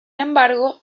embargo